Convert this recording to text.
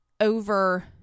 over